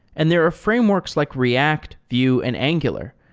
and there are frameworks like react, vue and angular.